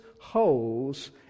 holes